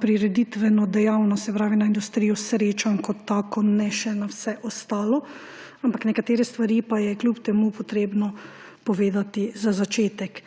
prireditveno dejavnost, se pravi na industrijo srečanj kot tako, ne še na vse ostalo, ampak nekatere stvari pa je kljub temu potrebno povedati za začetek.